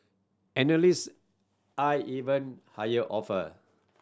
analyst eyed even higher offer